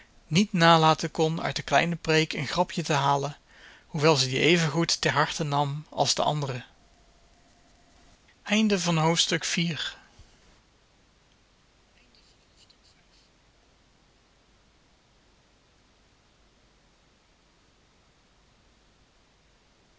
niet nalaten kon uit de kleine preek een grapje te halen hoewel ze die even goed ter harte nam als de anderen